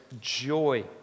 joy